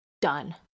Done